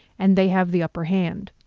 and they have the upper hand,